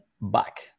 back